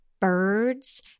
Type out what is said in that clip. birds